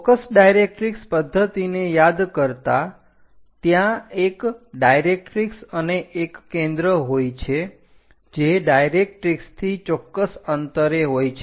focus directrix પદ્ધતિને યાદ કરતાં ત્યાં એક ડાયરેક્ટરીક્ષ અને એક કેન્દ્ર હોય છે જે ડાયરેક્ટરીક્ષથી ચોક્કસ અંતરે હોય છે